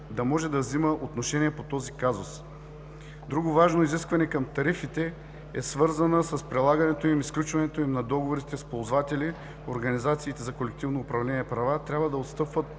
да може да взема отношение по този казус. Друго важно изискване към тарифите е свързано с прилагането и сключването на договорите с ползватели. Организациите за колективно управление на права трябва да отстъпват